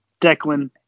Declan